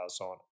on